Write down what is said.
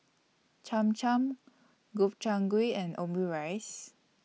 Cham Cham Gobchang Gui and Omurice